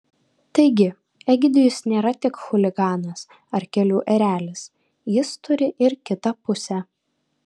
taigi egidijus nėra tik chuliganas ar kelių erelis jis turi ir kitą pusę